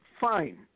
fine